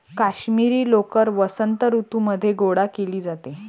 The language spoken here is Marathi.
काश्मिरी लोकर वसंत ऋतूमध्ये गोळा केली जाते